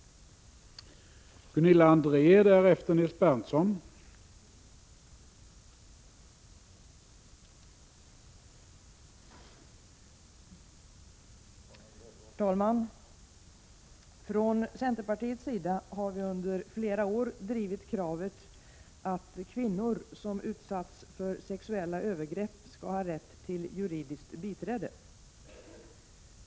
Rättshjälp m.m.